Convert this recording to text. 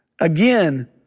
Again